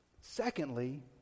secondly